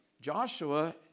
Joshua